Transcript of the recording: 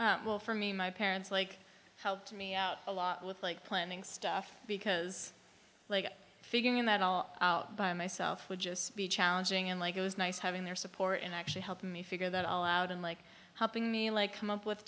that will for me my parents like helped me out a lot with like planning stuff because figuring that all out by myself would just be challenging and like it was nice having their support and actually helped me figure that all out and like helping me like come up with